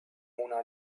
mona